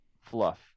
fluff